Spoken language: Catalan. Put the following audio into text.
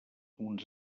uns